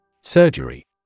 Surgery